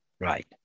right